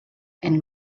and